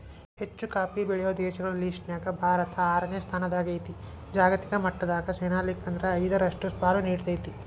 ಹೆಚ್ಚುಕಾಫಿ ಬೆಳೆಯೋ ದೇಶಗಳ ಲಿಸ್ಟನ್ಯಾಗ ಭಾರತ ಆರನೇ ಸ್ಥಾನದಾಗೇತಿ, ಜಾಗತಿಕ ಮಟ್ಟದಾಗ ಶೇನಾಲ್ಕ್ರಿಂದ ಐದರಷ್ಟು ಪಾಲು ನೇಡ್ತೇತಿ